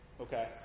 Okay